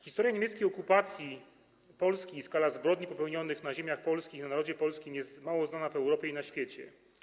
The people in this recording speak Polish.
Historia niemieckiej okupacji Polski i skala zbrodni popełnionych na ziemiach polskich, na narodzie polskim jest mało znana w Europie i na świecie.